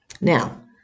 Now